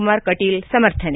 ಕುಮಾರ್ ಕಟೀಲ್ ಸಮರ್ಥನೆ